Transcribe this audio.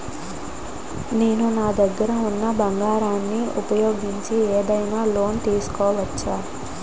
నేను నా దగ్గర ఉన్న బంగారం ను ఉపయోగించి ఏదైనా లోన్ తీసుకోవచ్చా?